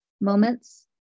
moments